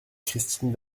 christine